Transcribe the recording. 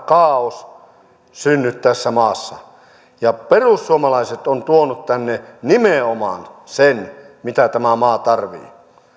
kaaos synny tässä maassa perussuomalaiset on tuonut tänne nimenomaan sen mitä tämä maa tarvitsee